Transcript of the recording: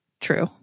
true